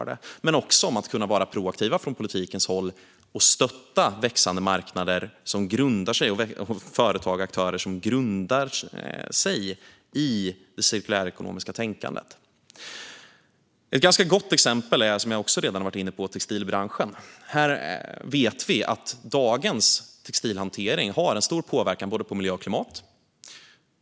Men det handlar också om att kunna vara proaktiv från politikens håll och stötta växande marknader och företag och aktörer som grundar sig i det cirkulärekonomiska tänkandet. Ett ganska gott exempel är, som jag också redan har varit inne på, textilbranschen. Vi vet att dagens textilhantering har en stor påverkan både på miljö och på klimat.